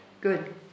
Good